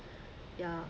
ya